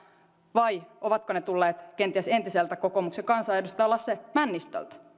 vai ovatko ne tulleet kenties entiseltä kokoomuksen kansanedustaja lasse männistöltä